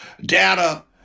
data